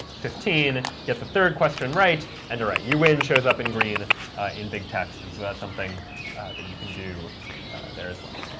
fifteen, get the third question right, and all right, you win and shows up in green in big text, and so that's something that you can do there as well.